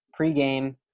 pregame